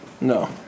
No